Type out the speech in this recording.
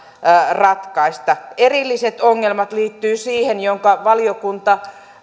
ratkaista erilliset ongelmat liittyvät siihen josta valiokunta